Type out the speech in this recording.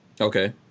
Okay